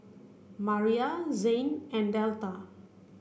Maria Zain and Delta